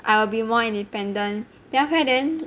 I will be more independent then after that then